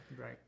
right